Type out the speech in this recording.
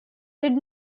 did